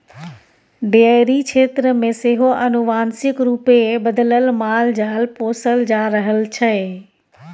dairy क्षेत्र मे सेहो आनुवांशिक रूपे बदलल मालजाल पोसल जा रहल छै